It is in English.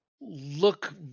look